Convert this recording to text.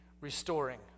restoring